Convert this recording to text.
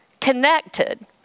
connected